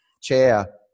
Chair